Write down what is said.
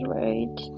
right